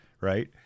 right